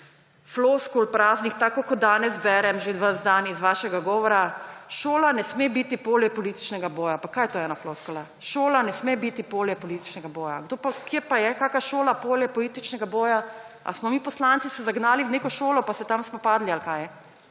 floskul, tako kot danes berem že ves dan iz vašega govora – šola ne sme biti polje političnega boja. Pa kaj je to ena floskula?! Šola ne sme biti polje političnega boja. Kje pa je kakšna šola polje političnega boja? A smo se mi poslanci zagnali v neko šolo pa se tam spopadli, ali kaj?!